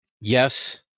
Yes